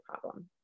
problem